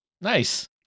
Nice